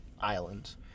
islands